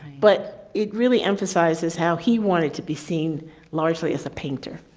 but it really emphasizes how he wanted to be seen largely as a painter.